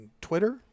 twitter